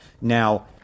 Now